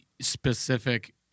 specific